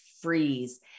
freeze